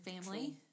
family